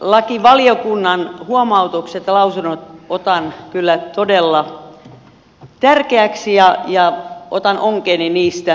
perustuslakivaliokunnan huomautukset ja lausunnot otan kyllä todella tärkeinä ja otan onkeeni niistä